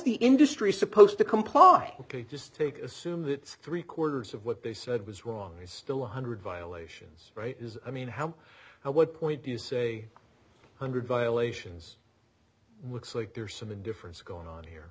the industry supposed to comply ok just take assume that three quarters of what they said was wrong is still one hundred violations right i mean how what point do you say hundred violations looks like there's some a difference going on here